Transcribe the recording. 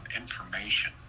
information